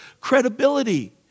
credibility